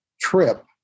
trip